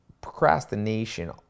procrastination